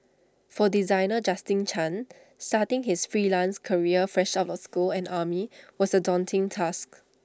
for designer Justin chan starting his freelance career fresh out of school and army was A daunting task